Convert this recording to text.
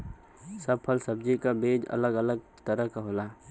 सब फल सब्जी क बीज अलग अलग तरह क होला